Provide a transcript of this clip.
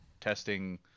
testing